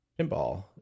pinball